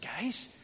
guys